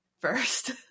first